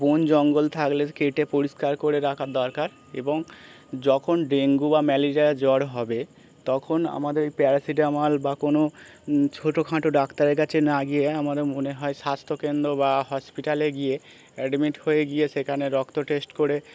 বন জঙ্গল থাকলে কেটে পরিষ্কার করে রাখার দরকার এবং যখন ডেঙ্গু বা ম্যালেরিয়া জ্বর হবে তখন আমাদের প্যারাসিটামাল বা কোনো ছোটোখাটো ডাক্তারের কাছে না গিয়ে আমাদের মনে হয় স্বাস্থ্যকেন্দ্র বা হসপিটালে গিয়ে অ্যাডমিট হয়ে গিয়ে সেখানে রক্ত টেস্ট করে